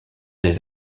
des